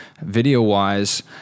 video-wise